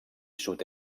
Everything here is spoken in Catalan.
sud